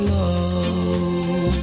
love